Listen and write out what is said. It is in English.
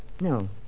No